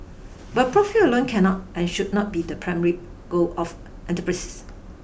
but profit alone cannot and should not be the primary goal of enterprises